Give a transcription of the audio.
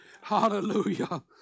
Hallelujah